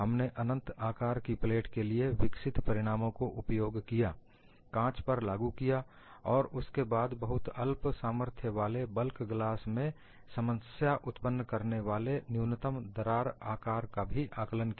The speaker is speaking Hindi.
हमने अनंत आकार की प्लेट के लिए विकसित परिणामों को उपयोग किया कांच पर लागू किया और उसके बाद बहुत अल्प सामर्थ्य वाले बल्क ग्लास में समस्या उत्पन्न करने वाले न्यूनतम दरार आकार का भी आकलन किया